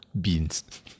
beans